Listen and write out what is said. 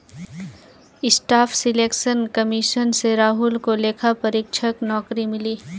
staff selection commission से राहुल को लेखा परीक्षक नौकरी मिली